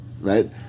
right